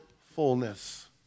fullness